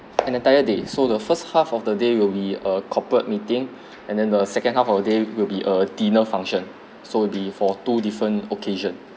an entire day so the first half of the day will be a corporate meeting and then the second half of the day will be a dinner function so will be for two different occasion